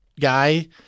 guy